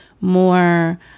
more